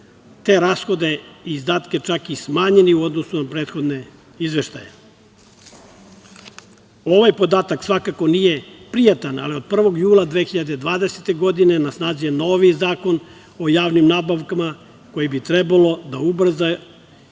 te rashode i izdatke čak i smanjili u odnosu na prethodne izveštaje. Ovaj podatak svakako nije prijatan, ali od 1. jula 2020. godine na snazi je novi Zakon o javnim nabavkama koji bi trebalo da ubrza